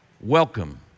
Welcome